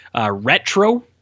Retro